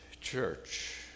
church